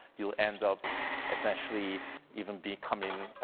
you'll end up essentially even becoming